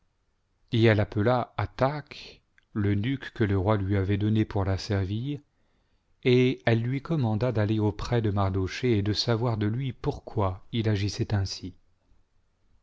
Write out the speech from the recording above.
et elle appela athach l'eunuque que le roi lui avait donné pour la servir et elle lui commanda d'aller auprès de mardochée et de savoir de lui pourquoi il agissait ainsi